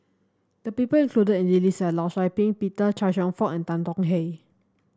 the people included in the list are Law Shau Ping Peter Chia Cheong Fook and Tan Tong Hye